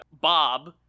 Bob